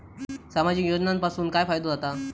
सामाजिक योजनांपासून काय फायदो जाता?